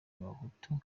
abahutu